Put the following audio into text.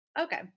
Okay